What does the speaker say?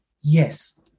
Yes